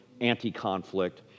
anti-conflict